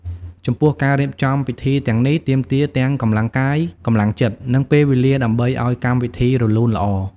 ចំពោះការរៀបចំពិធីទាំងនេះ ទាមទារទាំងកម្លាំងកាយ កម្លាំងចិត្ត និងពេលវេលាដើម្បីអោយកម្មវីធីរលូនល្អ។